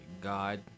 God